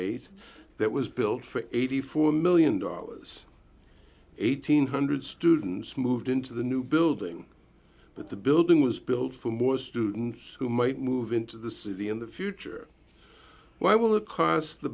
eight that was built for eighty four million dollars eighteen cents students moved into the new building but the building was built for more students who might move into the city in the future why will it cost the